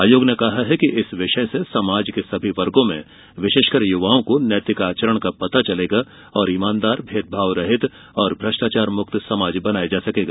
आयोग ने कहा है कि इस विषय से समाज के सभी वर्गों विशेषकर युवाओं को नैतिक आचरण का पता चलेगा और ईमानदार मेदभाव रहित और भ्रष्टाचार मुक्त समाज बनाया जा सकेगा